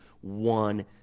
one